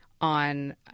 on